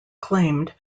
claimed